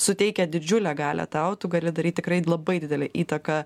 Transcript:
suteikia didžiulę galią tau tu gali daryt tikrai labai didelę įtaką